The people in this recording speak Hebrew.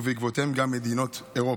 ובעקבותיה גם מדינות אירופה,